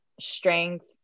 strength